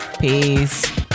Peace